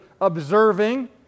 observing